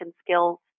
skills